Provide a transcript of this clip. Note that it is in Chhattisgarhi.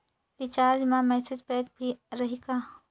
रिचार्ज मा मैसेज पैक भी रही का?